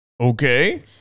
Okay